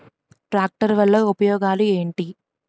Tractor వల్ల ఉపయోగాలు ఏంటీ?